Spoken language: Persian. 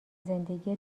زندگی